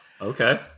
Okay